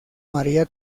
maría